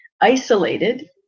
isolated